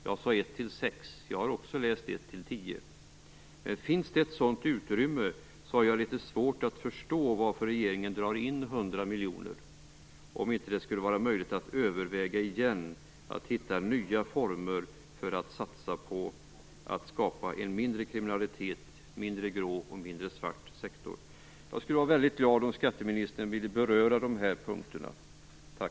Jag sade 1-6, jag har också läst 1-10. Finns det ett sådant utrymme har jag litet svårt att förstå varför regeringen drar in 100 miljoner. Skulle det inte vara möjligt att igen överväga möjligheten att hitta nya former för att satsa på att minska kriminaliteten och få en mindre grå och svart sektor? Jag skulle vara väldigt glad om skatteministern ville beröra de här punkterna. Tack.